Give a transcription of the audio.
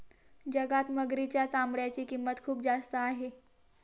जगात मगरीच्या चामड्याची किंमत खूप जास्त आहे